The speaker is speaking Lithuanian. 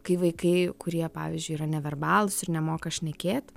kai vaikai kurie pavyzdžiui yra neverbalūs ir nemoka šnekėt